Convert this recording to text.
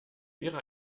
wäre